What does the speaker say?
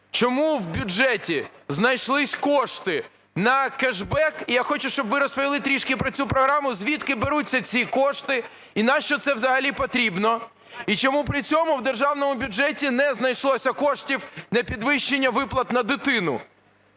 чому в бюджеті знайшлися кошти на кешбек, я хочу, щоб ви розповіли трішки про цю програму, звідки беруться ці кошти і нащо це взагалі потрібно, і чому при цьому в державному бюджеті не знайшлося коштів на підвищення виплат на дитину.